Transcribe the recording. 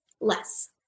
less